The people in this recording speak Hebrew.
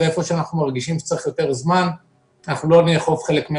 ואיפה שאנחנו מרגישים שצריך יותר זמן אנחנו לא נאכוף חלק מן